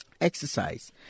exercise